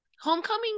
homecoming